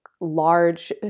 large